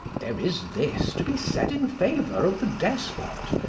there is this to be said in favour of the despot,